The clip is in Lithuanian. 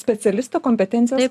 specialisto kompetencijos